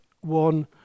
one